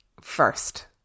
first